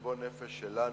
נפש שלנו.